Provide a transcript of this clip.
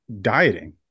dieting